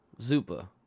Zupa